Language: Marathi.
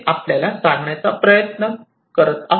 आपण सांगण्याचा प्रयत्न करत आहोत